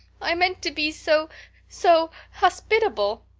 i meant to be so so hospitable.